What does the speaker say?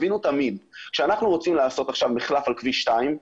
תבינו תמיד שכאשר אנחנו רוצים לעשות עכשיו מחלף על כביש 2,